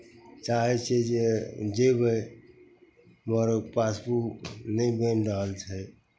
चाहै छियै जे जयबै मगर ओ पासबुक नहि बनि रहल छै